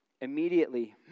Immediately